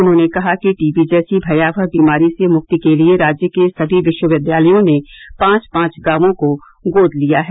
उन्होंने कहा कि टीबी जैसी भयावह बीमारी से मुक्ति के लिए राज्य के सभी विश्वविद्यालयों ने पांच पांच गांवों को गोद लिया है